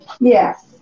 Yes